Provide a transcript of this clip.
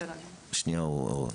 בסדר גמור.